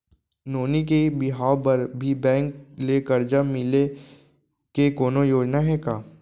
नोनी के बिहाव बर भी बैंक ले करजा मिले के कोनो योजना हे का?